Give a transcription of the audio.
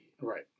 right